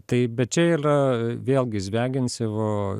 tai bet čia ylia vėlgi zviagincevo